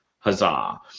Huzzah